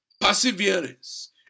Perseverance